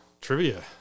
Trivia